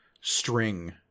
string